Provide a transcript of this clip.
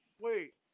Wait